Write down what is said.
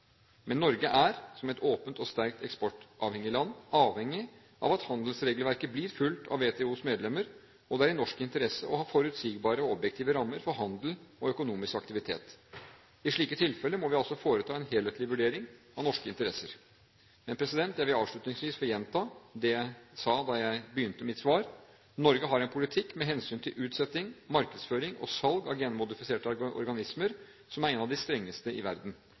Men Norge er, som et åpent og sterkt eksportavhengig land, avhengig av at handelsregelverket blir fulgt av WTOs medlemmer, og det er i norsk interesse å ha forutsigbare og objektive rammer for handel og økonomisk aktivitet. I slike tilfeller må vi altså foreta en helhetlig vurdering av norske interesser. Jeg vil avslutningsvis få gjenta det jeg sa da jeg begynte mitt svar: Norge har en politikk med hensyn til utsetting, markedsføring og salg av genmodifiserte organismer som er en av de strengeste i verden.